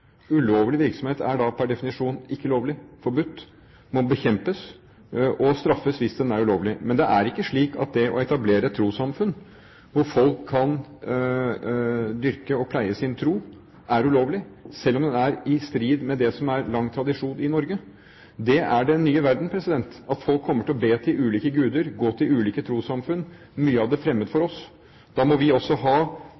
Ulovlig virksomhet er per definisjon ikke lovlig, det er forbudt – virksomhet må bekjempes og straffes hvis den er ulovlig. Men det er ikke slik at det å etablere et trossamfunn hvor folk kan dyrke og pleie sin tro, er ulovlig, selv om det er i strid med det som er lang tradisjon i Norge. Det er den nye verden. Folk kommer til å be til ulike guder og gå til ulike trossamfunn. Mye av det er fremmed for